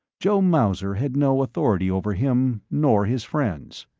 joe mauser had no authority over him, nor his friends.